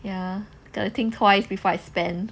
ya gotta think twice before I spend